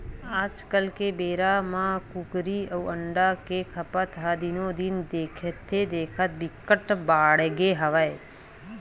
आजकाल के बेरा म कुकरी अउ अंडा के खपत ह दिनो दिन देखथे देखत बिकट बाड़गे हवय